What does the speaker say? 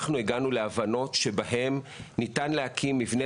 הגענו להבנות בהן ניתן להקים מבנה